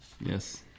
Yes